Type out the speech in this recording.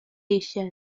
yishuye